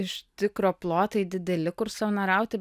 iš tikro plotai dideli kur savanoriauti